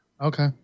Okay